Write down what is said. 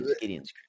Gideon's